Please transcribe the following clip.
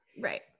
Right